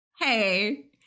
Hey